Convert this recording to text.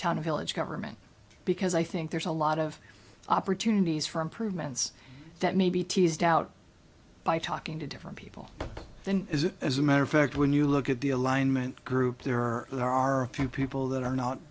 or village government because i think there's a lot of opportunities for improvements that may be teased out by talking to different people than is it as a matter of fact when you look at the alignment group there are there are a few people that are not